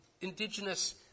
indigenous